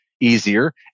easier